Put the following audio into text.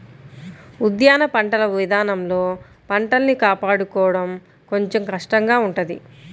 ఉద్యాన పంటల ఇదానంలో పంటల్ని కాపాడుకోడం కొంచెం కష్టంగా ఉంటది